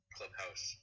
Clubhouse